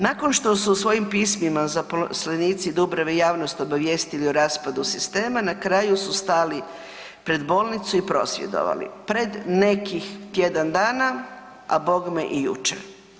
Nakon što su u svojim pismima zaposlenici Dubrave javnost obavijestili o raspadu sistema na kraju su stali pred bolnicu i prosvjedovali pred nekih tjedan dana, a bogme i jučer.